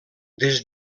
des